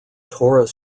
torus